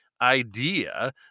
idea